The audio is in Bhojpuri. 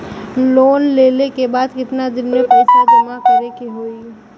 लोन लेले के बाद कितना दिन में पैसा जमा करे के होई?